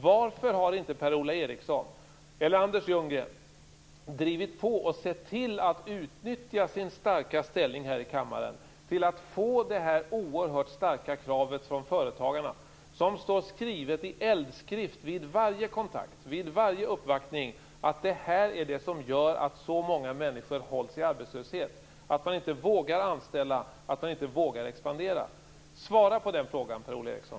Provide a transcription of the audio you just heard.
Varför har inte Per-Ola Eriksson drivit på och sett till att utnyttja sin starka ställning i kammaren till att få det oerhört starka kravet från företagarna, som står skrivet i eldskrift vid varje kontakt och uppvaktning, dvs. att det är detta som gör att så många människor hålls i arbetslöshet, att man inte vågar anställa och expandera? Svara på den frågan, Per-Ola Eriksson.